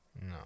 No